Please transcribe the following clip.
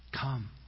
come